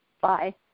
Bye